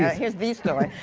here's the story.